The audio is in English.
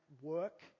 work